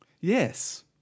Yes